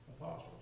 apostles